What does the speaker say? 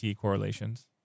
correlations